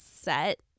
set